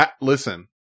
listen